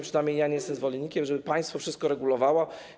Przynajmniej ja nie jestem zwolennikiem tego, żeby państwo wszystko regulowało.